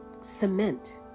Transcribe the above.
cement